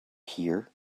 here